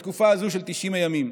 בתקופה הזו של 90 ימים.